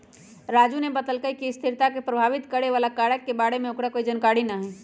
राजूवा ने बतल कई कि स्थिरता के प्रभावित करे वाला कारक के बारे में ओकरा कोई जानकारी ना हई